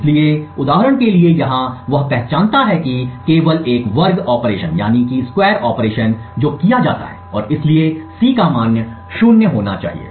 इसलिए उदाहरण के लिए यहां वह पहचानता है कि केवल एक वर्ग ऑपरेशन है जो किया जाता है और इसलिए C का मान 0 होना चाहिए